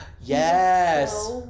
yes